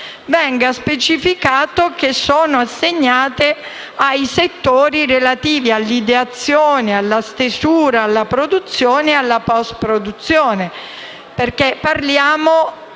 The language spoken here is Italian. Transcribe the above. quote di riparto siano assegnate ai settori relativi all’ideazione e alla stesura, alla produzione e alla postproduzione.